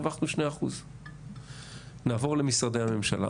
הרווחנו 2%. נעבור למשרדי הממשלה.